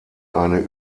eine